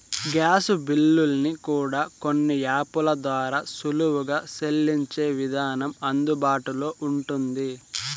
gas బిల్లుల్ని కూడా కొన్ని యాపుల ద్వారా సులువుగా సెల్లించే విధానం అందుబాటులో ఉంటుంది